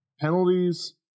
penalties